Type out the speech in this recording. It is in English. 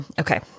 okay